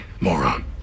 moron